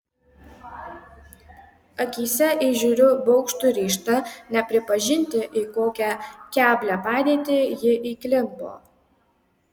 akyse įžiūriu baugštų ryžtą nepripažinti į kokią keblią padėtį ji įklimpo